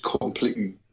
completely